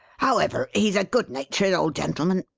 however, he's a good-natured old gentleman,